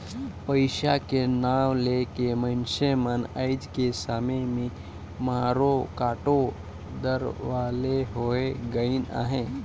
पइसा के नांव ले के मइनसे मन आएज के समे में मारो काटो दार वाले होए गइन अहे